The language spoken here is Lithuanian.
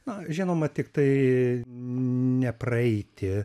na žinoma tiktai nepraeiti